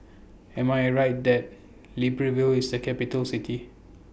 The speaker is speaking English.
Am I Right that Libreville IS A Capital City